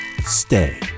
Stay